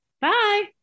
bye